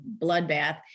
bloodbath